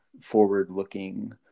forward-looking